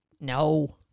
No